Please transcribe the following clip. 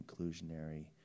inclusionary